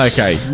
Okay